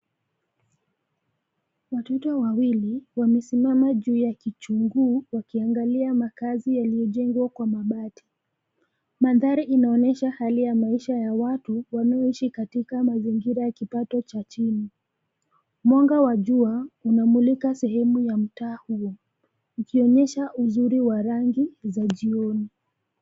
Watoto wawili wamesimama juu ya kichuguu wakiangalia makazi yaliojengwa kwa mabati. Mandhari inaonyesha hali ya maisha ya watu wanaoishi katika mazingira ya kipato cha chini. Mwanga wa jua unamulika sehemu ya mtaa huo ikionyesha uzuri wa rangi za jioni.